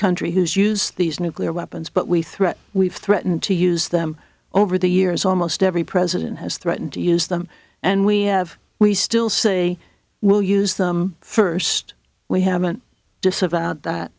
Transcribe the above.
country whose use these nuclear weapons but we threat we've threatened to use them over the years almost every president has threatened to use them and we have we still say we'll use them first we haven't disavowed that